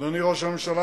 אדוני ראש הממשלה,